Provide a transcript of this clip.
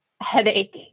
headache